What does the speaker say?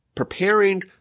Preparing